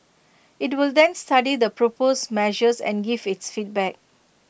IT will then study the proposed measures and give its feedback